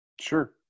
Sure